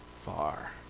far